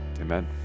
Amen